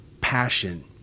passion